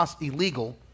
illegal